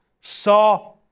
saw